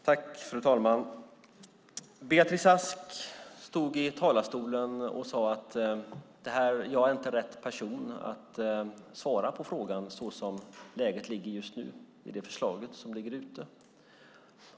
Fru talman! Beatrice Ask stod i talarstolen och sade: Jag är inte rätt person att svara på frågan så som läget är just nu när det gäller det förslag som ligger ute.